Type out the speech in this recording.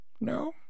No